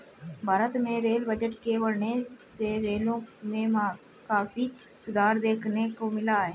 भारत में rail budget के बढ़ने से रेलों में काफी सुधार देखने को मिला है